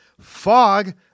fog